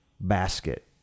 basket